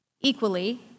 Equally